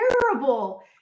terrible